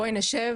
בואי נשב